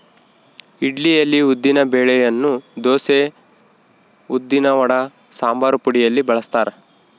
ಇಡ್ಲಿಯಲ್ಲಿ ಉದ್ದಿನ ಬೆಳೆಯನ್ನು ದೋಸೆ, ಉದ್ದಿನವಡ, ಸಂಬಾರಪುಡಿಯಲ್ಲಿ ಬಳಸ್ತಾರ